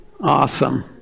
Awesome